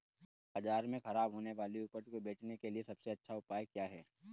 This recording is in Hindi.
बाजार में खराब होने वाली उपज को बेचने के लिए सबसे अच्छा उपाय क्या हैं?